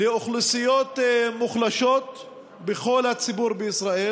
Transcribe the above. לאוכלוסיות מוחלשות בכל הציבור בישראל,